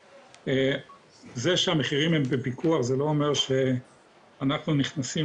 זה שהמחירים בפיקוח זה לא אומר שאנחנו נכנסים